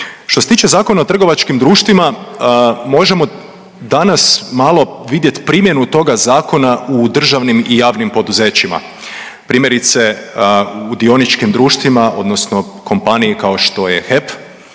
Što se tiče Zakona o trgovačkim društvima možemo danas malo vidjeti primjenu toga zakona u državnim i javnim poduzećima. Primjerice u dioničkim društvima, odnosno kompaniji kao što je HEP